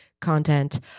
content